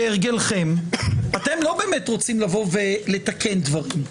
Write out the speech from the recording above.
כהרגלכם אתם לא באמת רוצים לבוא ולתקן דברים.